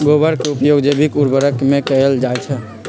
गोबर के उपयोग जैविक उर्वरक में कैएल जाई छई